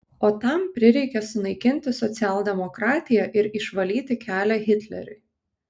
o tam prireikė sunaikinti socialdemokratiją ir išvalyti kelią hitleriui